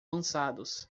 lançados